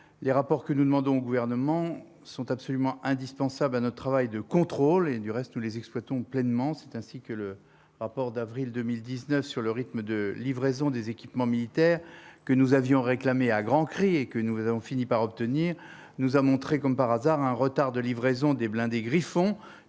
les rapports que nous demandons au gouvernement sont absolument indispensables à notre travail de contrôle et du reste les exploitons pleinement, c'est ainsi que le rapport d'avril 2019 sur le rythme de livraison des équipements militaires que nous avions réclamé à grands cris et que nous avons fini par obtenir nous a montré, comme par hasard, un retard de livraison des blindés Griffon